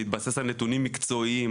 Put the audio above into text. להתבסס על נתונים מקצועיים,